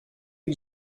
que